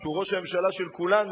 שהוא ראש הממשלה של כולנו,